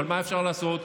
אבל מה אפשר לעשות,